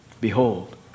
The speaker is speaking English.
Behold